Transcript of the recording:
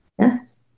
yes